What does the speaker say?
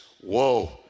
Whoa